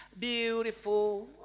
beautiful